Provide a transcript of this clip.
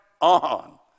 on